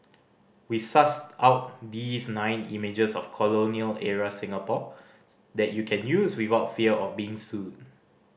we sussed out these nine images of colonial era Singapore that you can use without fear of being sued